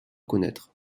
connaître